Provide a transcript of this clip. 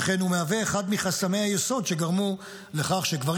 שכן הוא מהווה אחד מחסמי היסוד שגרמו לכך שגברים